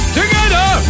together